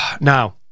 Now